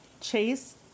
Chase